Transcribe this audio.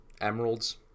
Emeralds